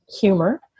humor